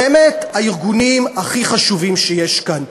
הארגונים הכי חשובים שיש כאן.